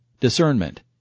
Discernment